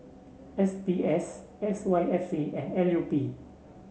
S B S S Y F C and L U P